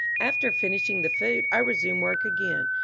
after finishing the food i resumed work again,